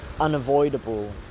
unavoidable